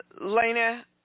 Lena